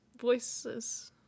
voices